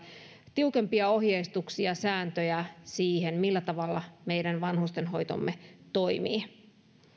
tiukempia ohjeistuksia ja sääntöjä siihen millä tavalla meidän vanhustenhoitomme toimii